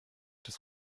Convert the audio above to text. des